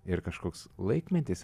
ir kažkoks laikmetis